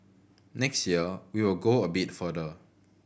next year we will go a bit further